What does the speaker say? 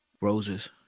Roses